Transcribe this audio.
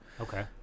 Okay